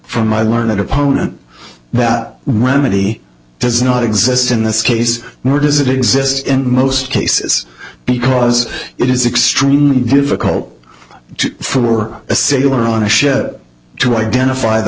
from my learned opponent that remedy does not exist in this case nor does it exist in most cases because it is extremely difficult for a sailor on a ship to identify the